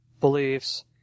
beliefs